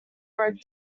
broke